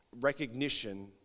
recognition